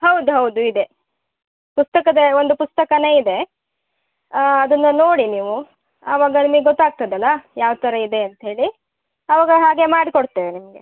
ಹೌದೌದು ಇದೆ ಪುಸ್ತಕದ ಒಂದು ಪುಸ್ತಕನೆ ಇದೆ ಅದನ್ನು ನೋಡಿ ನೀವು ಆವಾಗ ನಿಮಿಗೆ ಗೊತ್ತಾಗ್ತದಲ್ಲ ಯಾವ ಥರ ಇದೆ ಅಂತ ಹೇಳಿ ಆವಾಗ ಹಾಗೆ ಮಾಡಿ ಕೊಡ್ತೇವೆ ನಿಮಗೆ